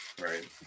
Right